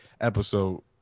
episode